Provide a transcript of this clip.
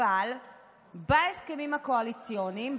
אבל בהסכמים הקואליציוניים,